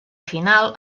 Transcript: final